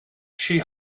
she